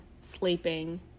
sleeping